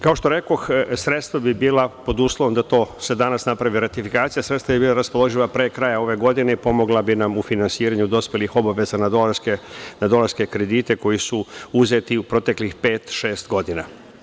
Kao što rekoh, sredstva bi bila, pod uslovom da se danas napravi ratifikacija, sredstva bi bila raspoloživa pre kraja ove godine i pomogla bi nam u finansiranju dospelih obaveza na dolarske kredite koji su uzeti u proteklih pet, šest godina.